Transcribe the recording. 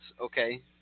Okay